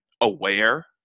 aware